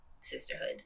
sisterhood